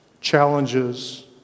challenges